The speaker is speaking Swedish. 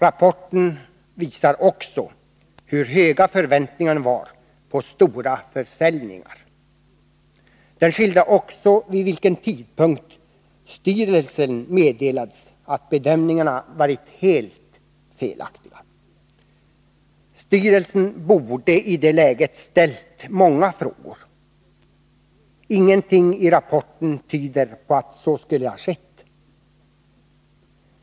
Rapporten visar också hur höga förväntningarna var på stora försäljningar. Den skildrar även vid vilken tidpunkt styrelsen meddelades att bedömningarna varit helt felaktiga. Styrelsen borde i det läget ha ställt många frågor. Ingenting i rapporten tyder på att så skulle ha skett.